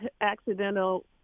accidental